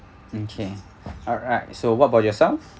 okay ah ah so what about yourself